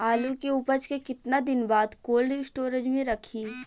आलू के उपज के कितना दिन बाद कोल्ड स्टोरेज मे रखी?